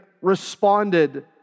responded